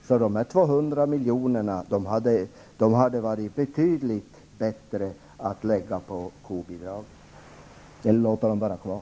Det hade varit betydligt bättre att använda dessa 200 milj.kr. till kobidraget eller låta dem vara kvar.